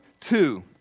two